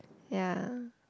ya